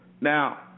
Now